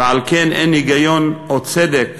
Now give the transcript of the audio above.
ועל כן אין היגיון או צדק